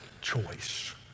choice